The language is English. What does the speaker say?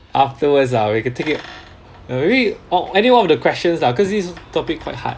afterwards ah we can take it or maybe or any one of the questions lah cause this topic quite hard